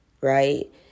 right